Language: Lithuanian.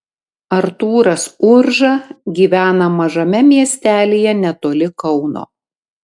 artūras urža gyvena mažame miestelyje netoli kauno